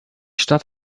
stadt